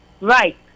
Right